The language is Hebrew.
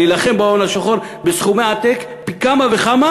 להילחם בהון השחור בסכומי עתק פי כמה וכמה